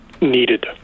needed